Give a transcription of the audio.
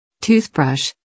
Toothbrush